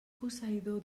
posseïdor